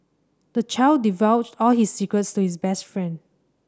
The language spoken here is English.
the child divulged all his secrets to his best friend